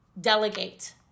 Delegate